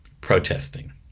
protesting